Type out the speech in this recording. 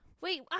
Wait